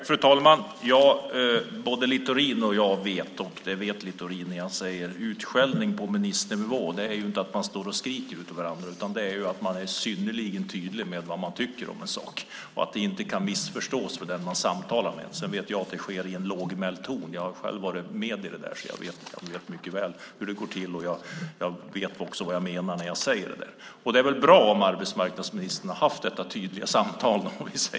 Fru talman! Både Littorin och jag vet att utskällning på ministernivå innebär inte att man skriker på varandra utan att man är synnerligen tydlig om vad man tycker om en sak - det kan inte missförstås av den man samtalar med. Jag vet att det sker i en lågmäld ton. Jag har själv varit med om det, så jag vet mycket väl hur det går till. Jag vet vad jag menar när jag säger så. Det är bra om arbetsmarknadsministern har haft detta tydliga samtal.